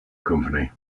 company